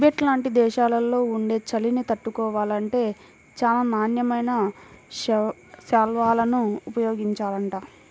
Tibet లాంటి దేశాల్లో ఉండే చలిని తట్టుకోవాలంటే చానా నాణ్యమైన శాల్వాలను ఉపయోగించాలంట